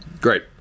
Great